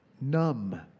numb